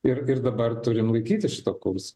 ir ir dabar turim laikytis šito kurso